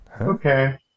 Okay